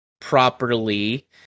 properly